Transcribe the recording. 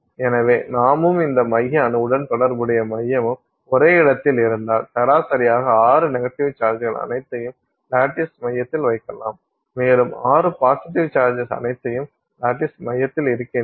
எனவே நாமும் இந்த மைய அணுவுடன் தொடர்புடைய மையமும் ஒரே இடத்தில் இருந்தால் சராசரியாக 6 நெகட்டிவ் சார்ஜ்கள் அனைத்தையும் லாட்டிஸ் மையத்தில் வைக்கலாம் மேலும் 6 பாசிட்டிவ் சார்ஜ்கள் அனைத்தும் லாட்டிஸ் மையத்தில் இருக்கின்றன